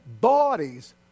bodies